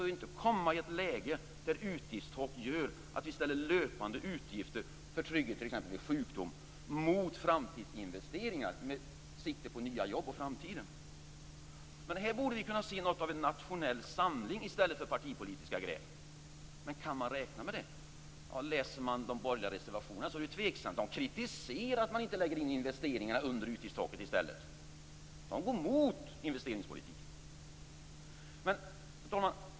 Vi får inte komma i ett läge där utgiftstak gör att vi ställer löpande utgift för trygghet t.ex. vid sjukdom mot framtidsinvesteringar med sikte på nya jobb och framtiden. Här borde vi kunna se något av en nationell samling i stället för partipolitiska gräl. Kan man räkna med det? Läser man de borgerliga reservationerna ser man att det är tveksamt. Borgarna kritiserar i stället att vi inte lägger investeringarna under utgiftstaket. De går emot investeringspolitiken. Fru talman!